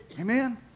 Amen